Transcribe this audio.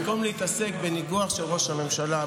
במקום להתעסק בניגוח של ראש הממשלה,